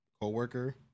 co-worker